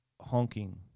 honking